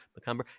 McCumber